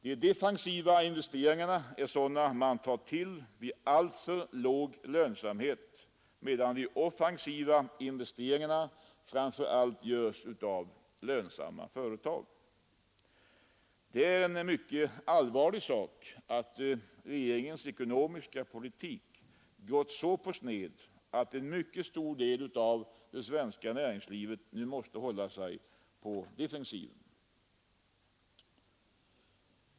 De defensiva investeringarna är sådana man tar till vid alltför låg lönsamhet, medan de offensiva investeringarna framför allt görs av lönsamma företag. Det är mycket allvarligt att en stor del av det svenska näringslivet nu måste hålla sig på defensiven.